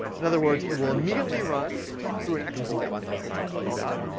in other words, it will immediately run through an exploit, as we'll tell tell you about,